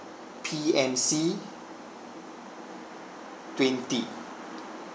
P M C twenty